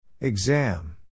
Exam